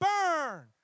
burn